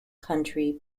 country